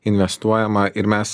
investuojama ir mes